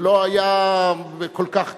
שלא היה כל כך קל,